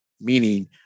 meaning